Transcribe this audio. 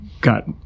got